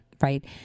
right